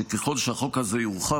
עמדתי היא שככל שהחוק הזה יורחב,